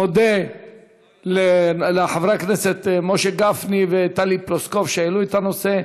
מודה לחברי הכנסת משה גפני וטלי פלוסקוב שהעלו את הנושא.